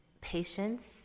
patience